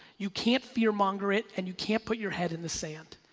you can't fear monger it and you can't put your head in the sand,